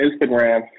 Instagram